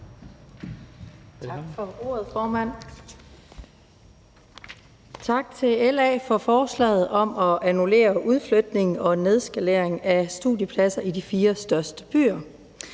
Tak for ordet, formand, og tak til LA for forslaget om at annullere udflytningen og nedskaleringen af studiepladser i de fire største byer.